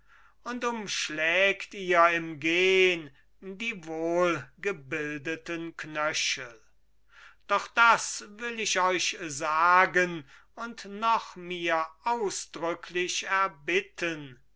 und umschlägt ihr im gehn die wohlgebildeten knöchel doch das will ich euch sagen und noch mir ausdrücklich erbitten